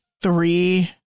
Three